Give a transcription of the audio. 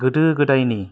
गोदो गोदायनि